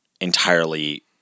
entirely